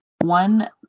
one